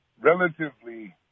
relatively